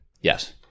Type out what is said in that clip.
Yes